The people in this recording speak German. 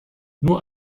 nur